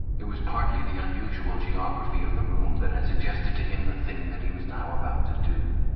it was partly the unusual geography of the room that had suggested to him the thing that he was now about to do.